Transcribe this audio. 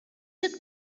took